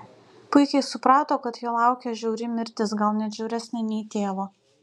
puikiai suprato kad jo laukia žiauri mirtis gal net žiauresnė nei tėvo